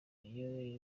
niyo